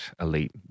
elite